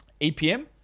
EPM